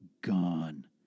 Gone